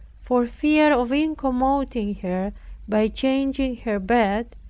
for fear of incommoding her by changing her bed,